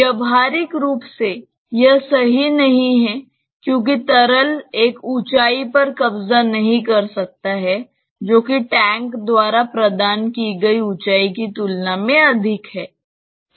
व्यावहारिक रूप से यह सही नहीं है क्योंकि तरल एक ऊंचाई पर कब्जा नहीं कर सकता है जो कि टैंक द्वारा प्रदान की गई ऊंचाई की तुलना में अधिक है